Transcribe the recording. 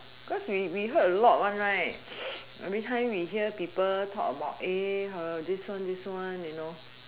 because we we heard a lot one right behind we hear people talk about her this one this one you know